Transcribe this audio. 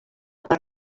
per